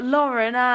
Lauren